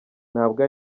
ntabwo